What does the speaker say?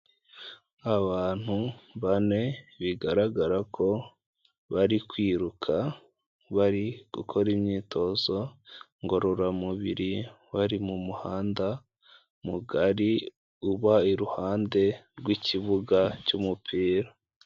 Abantu bane bigaragara ko bari kwiruka, bari gukora imyitozo ngororamubiri bari mu muhanda mugari uba iruhande rw'ikibuga cy'umupira.